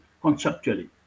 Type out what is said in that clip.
conceptually